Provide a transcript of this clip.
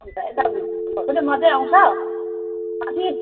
अन्त यता घुम्नु पनि मजै आउँछ अनि